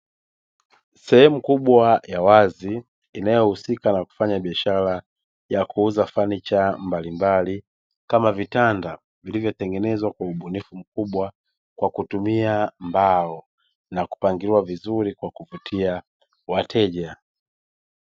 Sehemu kubwa ya wazi inayohusika na kufanya biashara ya kuuza fanicha mbalimbali; kama vitanda vilivyotengenezwa kwa ubunifu mkubwa, kwa kutumia mbao na kupangiliwa vizuri kwa kuvutia wateja.